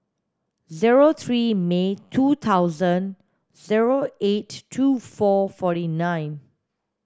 zero three May two thousand zero eight two four forty nine